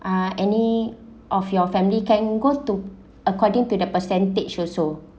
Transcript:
uh any of your family can goes to according to the percentage also